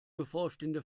bevorstehende